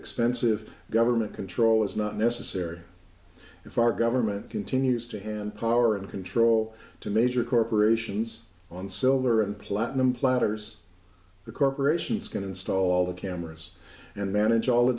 expensive government control is not necessary if our government continues to hand power and control to major corporations on silver and platinum platters the corporations can install the cameras and manage all the